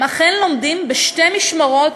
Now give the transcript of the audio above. הם אכן לומדים בשתי משמרות,